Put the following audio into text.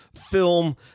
film